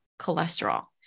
cholesterol